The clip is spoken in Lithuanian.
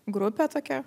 grupė tokia